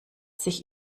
sich